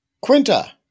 Quinta